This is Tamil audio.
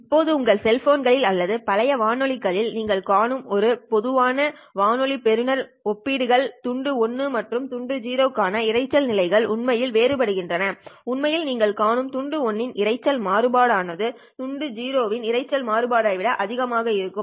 இப்போது உங்கள் செல்போன்களில் அல்லது பழைய வானொலிக்களில் நீங்கள் காணும் ஒரு பொதுவான வானொலி பெறுநர் ஒப்பிடுங்கள் துண்டு 1 மற்றும் துண்டு 0 க்கான இரைச்சல் நிலைகள் உண்மையில் வேறுபடுகின்றன உண்மையில் நீங்கள் காணும் துண்டு 1 இன் இரைச்சல் மாறுபாடு ஆனது துண்டு 0 இன் இரைச்சல் மாறுபாடு விட அதிகமாக உள்ளது